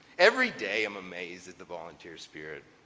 every day i'm amazed at the volunteer spirit.